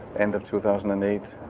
end of two thousand and eight.